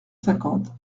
cinquante